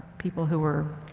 people who were